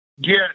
Get